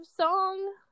song